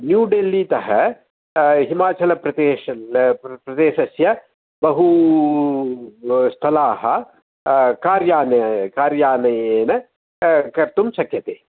new Delhi तः हिमाचलप्रदेशल् प्रदेशस्य बहु स्थलाः कार्याने कार्यानेन कर्तुं शक्यते